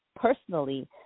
personally